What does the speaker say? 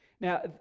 Now